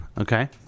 Okay